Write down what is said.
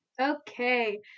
Okay